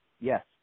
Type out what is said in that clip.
Yes